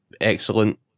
Excellent